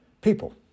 people